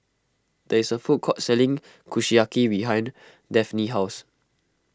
there is a food court selling Kushiyaki behind Daphne's house